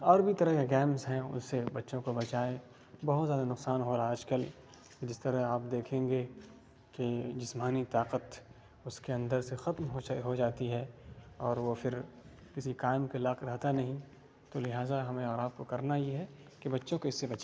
اور بھی طرح کے گیمس ہیں اس سے بچوں کو بچائیں بہت زیادہ نقصان ہو رہا آج کل جس طرح آپ دیکھیں گے کہ جسمانی طاقت اس کے اندر سے ختم ہو جاتی ہے اور وہ پھر کسی کام کے لاق رہتا نہیں تو لہٰذا ہمیں اور آپ کو کرنا یہ ہے کہ بچوں کو اس سے بچ